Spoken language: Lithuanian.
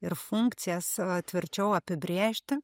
ir funkcijas tvirčiau apibrėžti